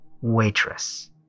Waitress